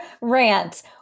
rant